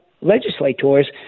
legislators